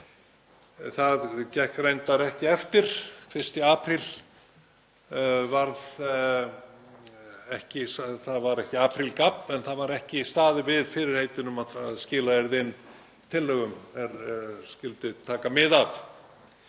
Það gekk reyndar ekki eftir. 1. apríl var það ekki, það var ekki aprílgabb en það var ekki staðið við fyrirheitin um að skila inn þeim tillögum er skyldi taka mið af.